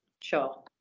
Sure